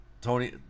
Tony